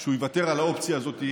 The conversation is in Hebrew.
שהוא יוותר על האופציה הזאת,